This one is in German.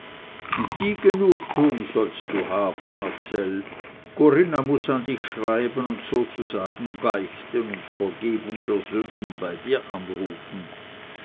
und die genugtuung sollst du haben marcell corinna muß an dich schreiben und sozusagen beichten und vergebung der sünden bei dir anrufen